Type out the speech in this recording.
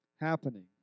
happening